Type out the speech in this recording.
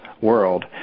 world